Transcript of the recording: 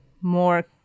more